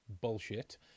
bullshit